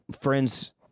friends